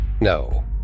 No